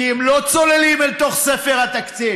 כי הם לא צוללים אל תוך ספר התקציב.